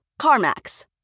CarMax